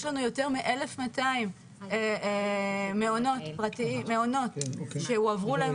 יש לנו יותר מ-1,200 מעונות שהועברו להם